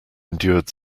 endured